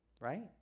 right